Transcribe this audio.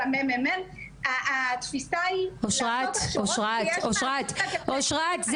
ה-ממ"מ התפיסה היא לעשות הכשרות אושרת,